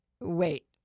wait